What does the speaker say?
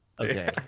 Okay